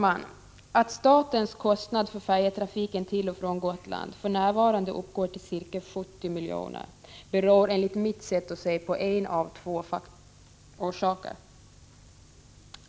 Orsaken till att statens kostnad för färjetrafiken till och från Gotland för närvarande uppgår till ca 70 milj.kr. är, enligt mitt sätt att se, en av två faktorer.